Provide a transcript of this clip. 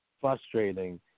frustrating